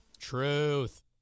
Truth